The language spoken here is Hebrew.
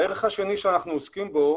הערך השני שאנחנו עוסקים בו